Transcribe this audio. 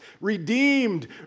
redeemed